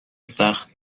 سخت